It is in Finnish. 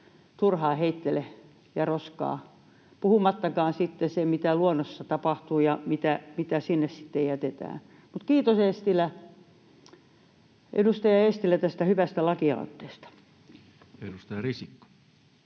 turhaan heittele ja roskaa, puhumattakaan sitten siitä, mitä luonnossa tapahtuu ja mitä sinne sitten jätetään. Kiitos, edustaja Eestilä, tästä hyvästä lakialoitteesta. [Speech 155]